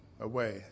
away